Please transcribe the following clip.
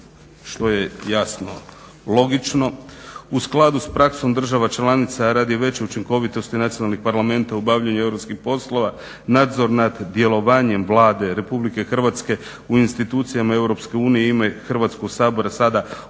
što je jasno logično. U skladu s praksom država članica, a radi veće učinkovitosti nacionalnih parlamenata u obavljanju europskih poslova nadzor nad djelovanjem Vlade Republike Hrvatske u institucijama Europske unije u ime Hrvatskog sabora sada obavljat